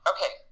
Okay